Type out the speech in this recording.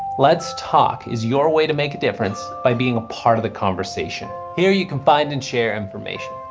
let's talk is your way to make a difference by being a part of the conversation. here you can find and share information,